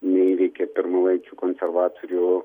neįveikė pirmalaikių konservatorių